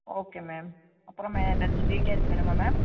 okay ma'am அப்புறம் ஏதாச்சும் details வேணுமா மேம்